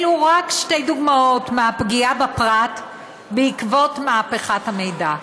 אלו רק שתי דוגמאות לפגיעה בפרט בעקבות מהפכת המידע.